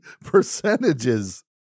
percentages